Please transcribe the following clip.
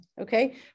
okay